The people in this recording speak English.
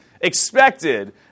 expected